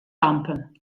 lampen